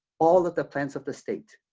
all of the plans of the state.